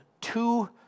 two